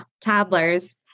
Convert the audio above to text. toddlers